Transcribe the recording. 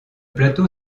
plateau